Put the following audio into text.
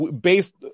based